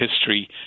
history